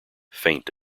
faint